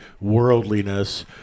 worldliness